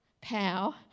pow